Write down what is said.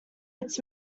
its